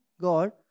God